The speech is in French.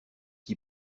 qui